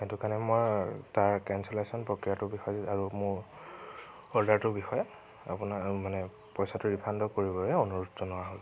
সেইটো কাৰণে মই তাৰ কেঞ্চেলেচন প্ৰক্ৰিয়াটোৰ বিষয়ে আৰু মোৰ অৰ্ডাৰটোৰ বিষয়ে আপোনাৰ মানে পইচাটো ৰিফাণ্ড কৰিবলৈ অনুৰোধ জনোৱা হ'ল